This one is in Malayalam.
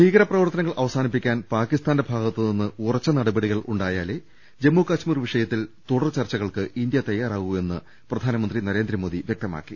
ഭീകരപ്രവർത്തനങ്ങൾ അവസാനിപ്പിക്കാൻ പാകിസ്ഥാന്റെ ഭാഗത്തു നിന്ന് ഉറച്ച നടപടികൾ ഉണ്ടായാലേ ജമ്മു കശ്മീർ വിഷയത്തിൽ തുടർ ചർച്ചകൾക്ക് ഇന്ത്യ തയാറാകൂ എന്ന് പ്രധാനമന്ത്രി നരേന്ദ്രമോദി വ്യക്തമാ ക്കി